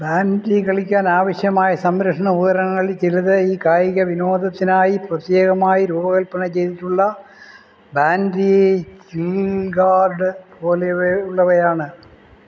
bandy കളിക്കാനാവശ്യമായ സംരക്ഷണ ഉപകരണങ്ങളില് ചിലത് ഈ കായികവിനോദത്തിനായി പ്രത്യേകമായി രൂപകൽപ്പന ചെയ്തിട്ടുള്ള ബാൻഡി ചിൽഗാർഡ് പോലെയുള്ളവയാണ്